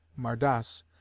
mardas